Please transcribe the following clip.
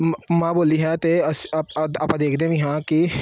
ਮ ਮਾਂ ਬੋਲੀ ਹੈ ਅਤੇ ਅਸ ਆਪਾਂ ਦੇਖਦੇ ਵੀ ਹਾਂ ਕਿ